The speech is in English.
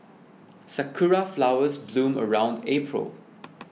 sakura flowers bloom around April